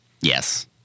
Yes